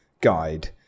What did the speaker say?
guide